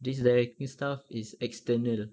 this directing staff is external